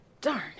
darn